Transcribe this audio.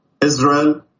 Israel